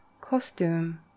costume